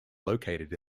located